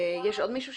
עוד מישהו ביקש?